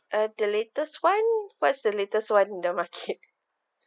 uh the latest [one] what's the latest [one] in the market